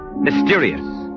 mysterious